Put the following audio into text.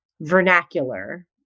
vernacular